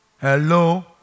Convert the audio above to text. Hello